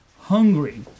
hungry